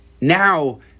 now